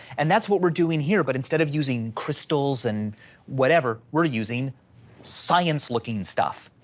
and that's what we're doing here. but instead of using crystals, and whatever, we're using science looking stuff,